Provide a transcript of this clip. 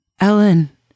Ellen